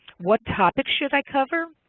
what topics should i cover?